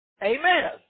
Amen